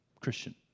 Christian